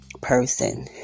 person